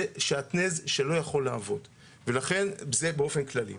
זה שעטנז שלא יכול לעבוד וזה באופן כללי.